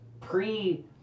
pre